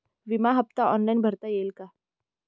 विमा हफ्ता ऑनलाईन भरता येईल का?